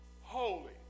Holy